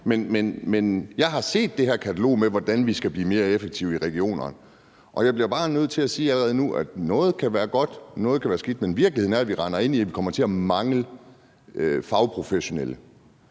ikke. Jeg har set det her katalog over, hvordan man skal blive mere effektive i regionerne, og jeg bliver bare nødt til at sige allerede nu, at noget af det kan være godt, og at noget af det kan være skidt, men at virkeligheden er, at vi render ind i, at vi kommer til at mangle fagprofessionelle.